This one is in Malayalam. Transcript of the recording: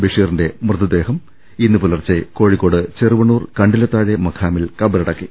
ബഷീറിന്റെ മൃത ദേഹം ഇന്ന് പുലർച്ചെ കോഴിക്കോട് ചെറുവണ്ണൂർ കണ്ടില ത്താഴെ മഖാമിൽ കബറടക്കി